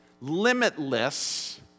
limitless